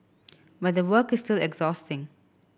but the work is still exhausting